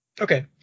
Okay